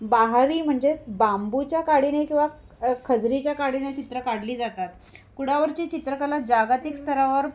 बाहरी म्हणजे बांबूच्या काडीने किंवा खजरीच्या काडीने चित्रं काढली जातात कुडावरची चित्रकला जागातिक स्तरावर